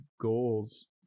goals